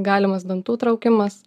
galimas dantų traukimas